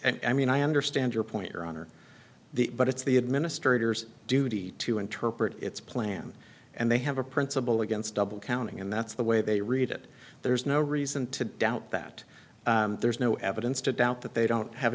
and i mean i understand your point your honor the but it's the administrators duty to interpret its plan and they have a principle against double counting and that's the way they read it there's no reason to doubt that there's no evidence to doubt that they don't have